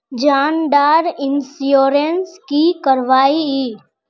जान डार इंश्योरेंस की करवा ई?